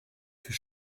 für